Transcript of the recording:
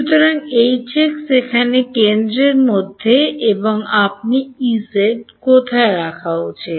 সুতরাং Hx এখানে কেন্দ্রের মধ্যে এবং আপনি Ez কোথায় রাখা উচিত